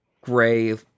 gray